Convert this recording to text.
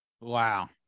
Wow